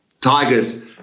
Tiger's –